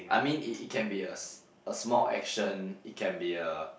I mean it it can be a s~ small action it can be a